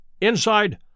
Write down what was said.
Inside